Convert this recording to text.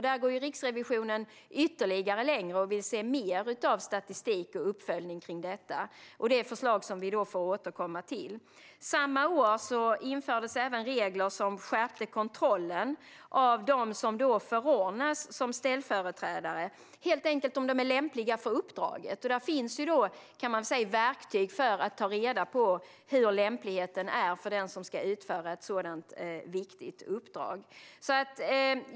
Där går Riksrevisionen ännu längre och vill se mer av statistik och uppföljning av detta. Det är förslag som vi får återkomma till. Samma år infördes även regler som skärpte kontrollen av om de som förordnas som ställföreträdare är lämpliga för uppdraget. Där finns verktyg för att ta reda på hur lämpligheten är för den som ska utföra ett sådant viktigt uppdrag.